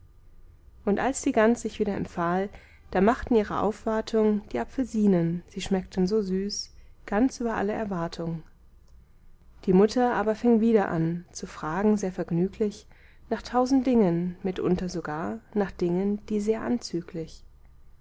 und als die gans sich wieder empfahl da machten ihre aufwartung die apfelsinen sie schmeckten so süß ganz über alle erwartung die mutter aber fing wieder an zu fragen sehr vergnüglich nach tausend dingen mitunter sogar nach dingen die sehr anzüglich